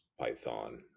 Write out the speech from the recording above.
python